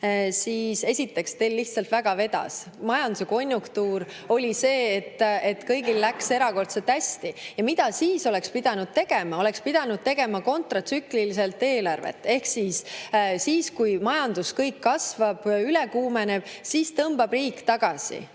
siis esiteks teil lihtsalt vedas. Majanduse konjunktuur oli selline, et kõigil läks erakordselt hästi. Mida siis oleks pidanud tegema? Oleks pidanud eelarvet tegema kontratsükliliselt. Ehk siis, kui majandus kasvab, üle kuumeneb, tõmbab riik tagasi,